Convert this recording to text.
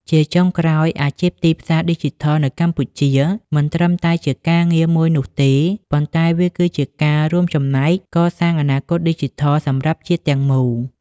ជាចុងក្រោយ អាជីពទីផ្សារឌីជីថលនៅកម្ពុជាមិនត្រឹមតែជាការងារមួយនោះទេ ប៉ុន្តែវាគឺជាការរួមចំណែកកសាងអនាគតឌីជីថលសម្រាប់ជាតិទាំងមូល។